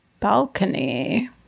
Balcony